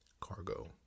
Cargo